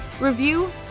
review